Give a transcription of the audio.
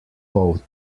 both